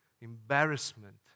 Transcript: embarrassment